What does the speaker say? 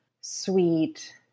sweet